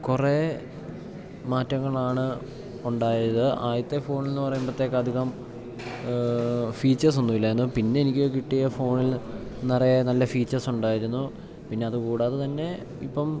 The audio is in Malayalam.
കുറേ മാറ്റങ്ങളാണ് ഉണ്ടായത് ആദ്യത്തെ ഫോണ് എന്ന് പറയുമ്പത്തേക്ക് അധികം ഫീച്ചേഴ്സ് ഒന്നും ഇല്ലായിരുന്നു പിന്നെ എനിക്ക് കിട്ടിയ ഫോണിൽ നിറയെ നല്ല ഫീച്ചേഴ്സ് ഉണ്ടായിരുന്നു പിന്നെ അതുകൂടാതെ തന്നെ ഇപ്പം